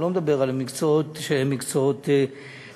אני לא מדבר על מקצועות שהם מקצועות קודש,